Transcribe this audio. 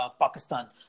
Pakistan